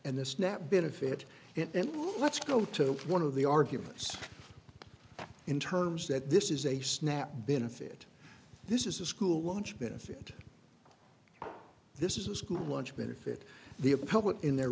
and this nat been a fit and then let's go to one of the arguments in terms that this is a snap benefit this is a school lunch benefit this is a school lunch benefit the a public in their